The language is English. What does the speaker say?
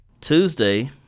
Tuesday